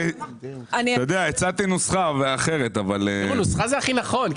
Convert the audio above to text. נוסחה זה הכי נכון.